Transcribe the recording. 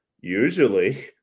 Usually